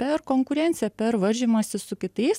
per konkurenciją per varžymąsi su kitais